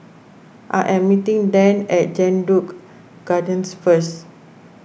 I am meeting Dan at Jedburgh Gardens first